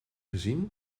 gezien